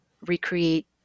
recreate